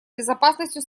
безопасностью